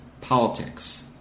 politics